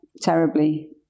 terribly